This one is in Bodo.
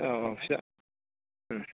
औ औ फिसा